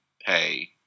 hey-